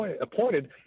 appointed